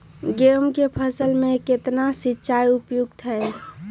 गेंहू के फसल में केतना सिंचाई उपयुक्त हाइ?